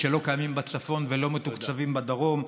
שלא קיימים בצפון ולא מתוקצבים בדרום,